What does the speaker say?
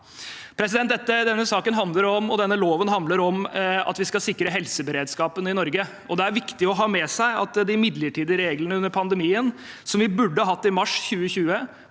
fratas. Denne saken og denne loven handler om at vi skal sikre helseberedskapen i Norge, og det er viktig å ha med seg at de midlertidige reglene under pandemien, som vi burde hatt i mars 2020,